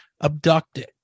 abducted